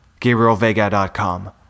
GabrielVega.com